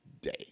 day